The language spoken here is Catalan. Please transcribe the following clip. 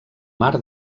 mar